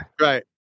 Right